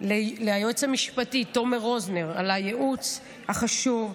ליועץ המשפטי תומר רוזנר על הייעוץ החשוב,